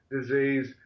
disease